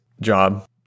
job